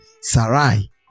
Sarai